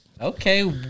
Okay